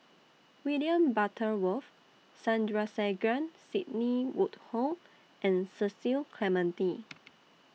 William Butterworth Sandrasegaran Sidney Woodhull and Cecil Clementi